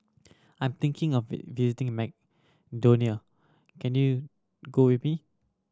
I'm thinking of visiting Macedonia can you go with me